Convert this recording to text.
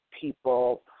people